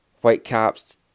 Whitecaps